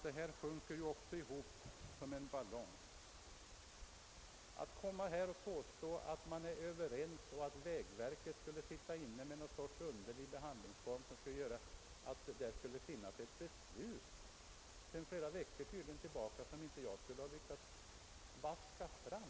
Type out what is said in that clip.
Det här sjunker ju också ihop som en ballong, fru Nettelbrandt, att komma här och påstå att man är överens och att vägverket skulle ha en så underlig behandlingsform att där skulle finnas ett beslut sedan flera veckor tillbaka som jag inte skulle ha lyckats vaska fram.